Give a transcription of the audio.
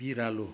बिरालो